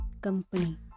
company